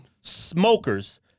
smokers